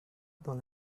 dans